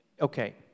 Okay